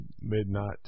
midnight